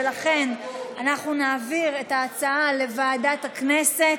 ולכן אנחנו נעביר את ההצעה לוועדת הכנסת,